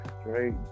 straight